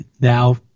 now